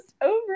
over